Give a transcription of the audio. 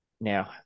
Now